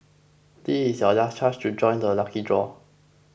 this is your last chance to join the lucky draw